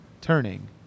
turning